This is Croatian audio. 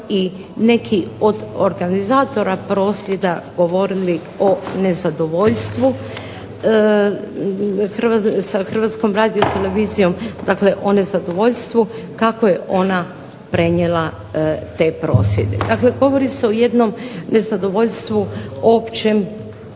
i neki od organizatora prosvjeda govorili o nezadovoljstvu sa Hrvatskom radiotelevizijom, dakle o nezadovoljstvu kako je ona prenijela te prosvjede. Dakle, govori se o jednom nezadovoljstvu općem